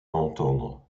entendre